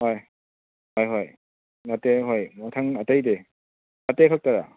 ꯍꯣꯏ ꯍꯣꯏꯍꯣꯏ ꯂꯥꯇꯦ ꯍꯣꯏ ꯃꯊꯪ ꯑꯇꯩꯗꯤ ꯂꯥꯇꯦ ꯈꯛꯇꯔꯥ